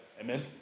Amen